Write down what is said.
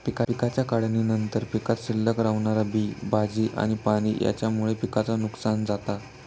पिकाच्या काढणीनंतर पीकात शिल्लक रवणारा बी, भाजी आणि पाणी हेच्यामुळे पिकाचा नुकसान जाता